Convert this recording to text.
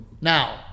now